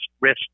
risk